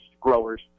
growers